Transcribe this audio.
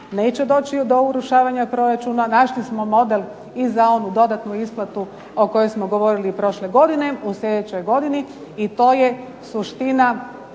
neće doći do urušavanja proračuna. Našli smo model i za onu dodatnu isplatu o kojoj smo govorili i prošle godine u sljedećoj godini. I to je suština ovoga